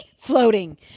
Floating